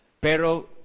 Pero